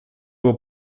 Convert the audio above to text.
его